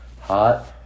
Hot